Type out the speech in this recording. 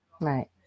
Right